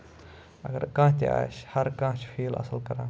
اَگر کانہہ تہِ آسہِ ہر کانہہ چھُ فیٖل اَصٕل کران